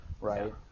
right